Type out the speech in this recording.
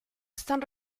están